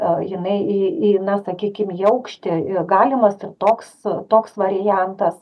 a jinai į į na sakykim į aukštį ir galimas ir toks toks variantas